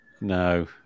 No